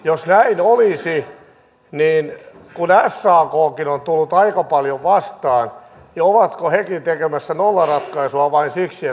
jos näin olisi niin kun sakkin on tullut aika paljon vastaan ja ovatko hekin tekemässä nollaratkaisua vain siksi että ajetaan työnantajan etua